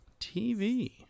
TV